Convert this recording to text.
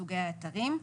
סוגי האתרים,